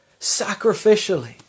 sacrificially